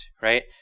right